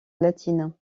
latine